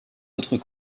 autres